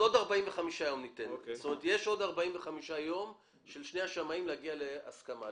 ניתן עוד 45 יום לשני השמאים להגיע להסכמה.